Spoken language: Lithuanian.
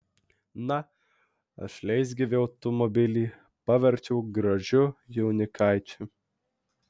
na aš leisgyvį automobilį paverčiau gražiu jaunikaičiu